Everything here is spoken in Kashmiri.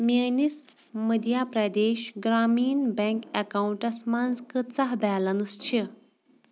میٛٲنِس مٔدھیا پرٛدیش گرٛامیٖن بٮ۪نٛک اٮ۪کاوُنٛٹَس منٛز کۭژاہ بیلینٕس چھِ